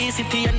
City